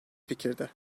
fikirde